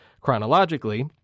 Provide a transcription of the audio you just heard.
chronologically